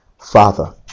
Father